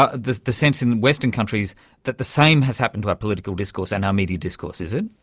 ah the the sense in western countries that the same has happened to our political discourse and our media discourse, is it?